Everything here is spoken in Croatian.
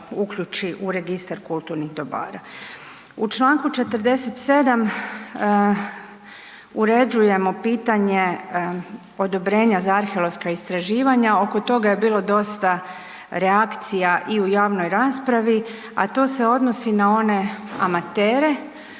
uključi u registar kulturnih dobara. U čl. 47. uređujemo pitanje odobrenja za arheološka istraživanja. Oko toga je bilo dosta reakcija i u javnoj raspravi, a to se odnosi na one amatere